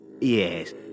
yes